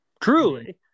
truly